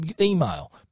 email